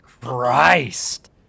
Christ